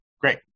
Great